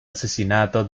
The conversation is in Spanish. asesinato